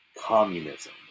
communism